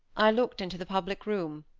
i looked into the public room.